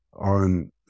on